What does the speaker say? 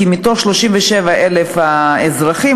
כי מתוך 37,000 האזרחים,